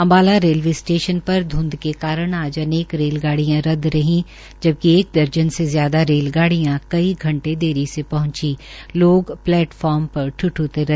Ambala railway station पर ध्ंध के कारण अनेक अनेक रेलगाडियां रद्द रही जबकि एक दर्जन से ज्यादा रेलगाडिय़ां कई घंटे देरी से पहंची लोग प्लेट फार्म पर ठिठ्रते है